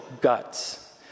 guts